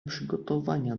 przygotowania